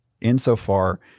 insofar